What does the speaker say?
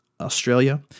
Australia